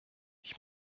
ich